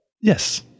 Yes